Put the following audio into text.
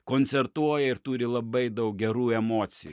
koncertuoja ir turi labai daug gerų emocijų